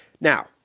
Now